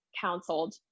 counseled